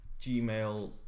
gmail